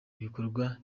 ibikorwa